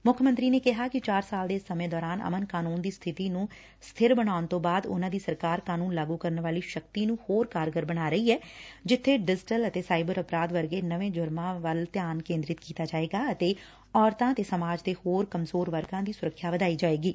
ਮੁੱਖ ਮੰਤਰੀ ਨੇ ਕਿਹਾ ਕਿ ਚਾਰ ਸਾਲ ਦੇ ਸਮੇਂ ਦੌਰਾਨ ਅਮਨ ਕਾਨੂੰਨ ਦੀ ਸਬਿਤੀ ਨੂੰ ਸਬਿਤ ਬਣਾਉਣ ਤੋਂ ਬਾਅਦ ਉਨੂਂ ਦੀ ਸਰਕਾਰ ਕਾਨੂੰਨ ਲਾਗੁ ਕਰਨ ਵਾਲੀ ਸ਼ਕਤੀ ਨੂੰ ਹੋਰ ਕਾਰਗਰ ਬਣਾ ਰਹੀ ਐ ਜਿੱਬੇ ਡਿਜੀਟਲ ਅਤੇ ਸਾਈਬਰ ਅਪਰਾਧ ਵਰਗੇ ਨਵੇਂ ਜੁਰਮਾ ਵੱਲ ਧਿਆਨ ਕੇਦਰਿਤ ਕੀਤਾ ਜਾਵੇਗਾ ਅਤੇ ਔਰਤਾ ਅਤੇ ਸਮਾਜ ਦੇ ਹੋਰ ਕਮਜ਼ੋਰ ਵਰਗਾ ਦੀ ਸੁਰੱਖਿਆ ਵਧਾਈ ਜਾਵੇਗੀ